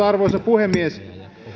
arvoisa puhemies